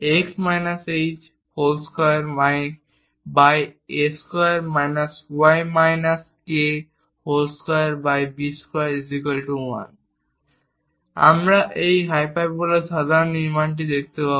x h2a2 y k2b21 আমরা এই হাইপারবোলার সাধারণ নির্মাণ দেখতে পাব